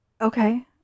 okay